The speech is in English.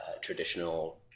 traditional